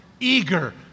eager